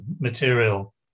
material